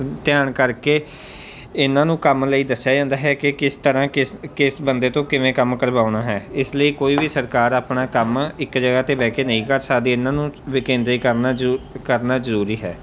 ਧਿਆਨ ਕਰਕੇ ਇਹਨਾਂ ਨੂੰ ਕੰਮ ਲਈ ਦੱਸਿਆ ਜਾਂਦਾ ਹੈ ਕਿ ਕਿਸ ਤਰ੍ਹਾਂ ਕਿਸ ਕਿਸ ਬੰਦੇ ਤੋਂ ਕਿਵੇਂ ਕੰਮ ਕਰਵਾਉਣਾ ਹੈ ਇਸ ਲਈ ਕੋਈ ਵੀ ਸਰਕਾਰ ਆਪਣਾ ਕੰਮ ਇੱਕ ਜਗ੍ਹਾ 'ਤੇ ਬਹਿ ਕੇ ਨਹੀਂ ਕਰ ਸਕਦੀ ਇਹਨਾਂ ਨੂੰ ਵਿਕੇਂਦਰੀਕਰਨ ਜ਼ਰੂਰੀ ਕਰਨਾ ਜ਼ਰੂਰੀ ਹੈ